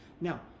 Now